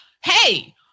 hey